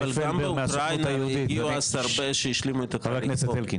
אבל גם מאוקראינה הגיעו אז הרבה שהשלימו את התהליך פה.